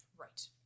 right